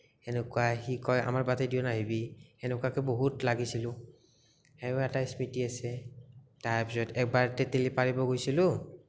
সেনেকুৱা সি কয় আমাৰ বাটেদিও নাহিবি সেনেকুৱাকে বহুত লাগিছিলোঁ সেইয়াও এটা স্মৃতি আছে তাৰ পাছত একবাৰ তেতেলি পাৰিব গৈছিলোঁ